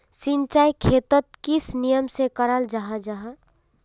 सिंचाई खेतोक किस नियम से कराल जाहा जाहा?